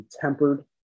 tempered